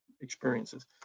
experiences